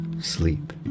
sleep